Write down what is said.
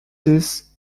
this